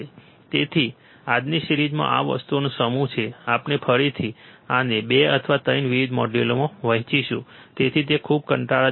તેથી આજની સિરીઝમાં આ વસ્તુઓનો સમૂહ છે આપણે ફરીથી આને 2 અથવા 3 વિવિધ મોડ્યુલોમાં વહેંચીશું જેથી તે ખૂબ કંટાળાજનક ન બને